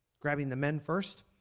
grabbing the men first,